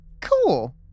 Cool